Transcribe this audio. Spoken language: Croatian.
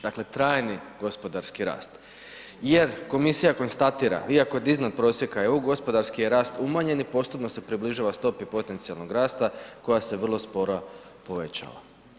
Dakle, trajni gospodarski rast, jer Komisija konstatira iako je iznad prosjeka EU gospodarski je rast umanjen i postupno se približava stopi potencijalnog rasta koja se vrlo sporo povećava.